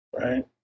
right